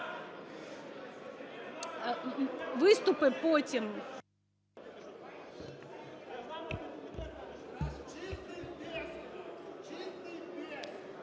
Виступи потім.